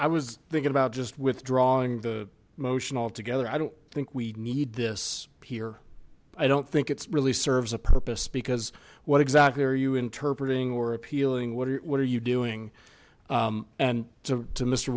i was thinking about just withdrawing the motion altogether i don't think we need this here i don't think it's really serves a purpose because what exactly are you interpret ing or appealing what or what are you doing and so to mr